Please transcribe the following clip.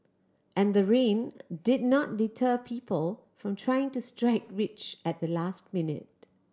and the rain did not deter people from trying to strike rich at the last minute